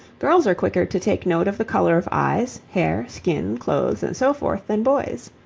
girls are quicker to take note of the colour of eyes, hair, skin, clothes, and so forth than boys.